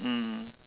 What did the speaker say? mm